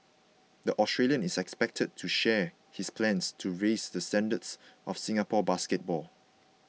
the Australian is expected to share his plans to raise the standards of Singapore basketball